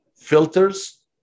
filters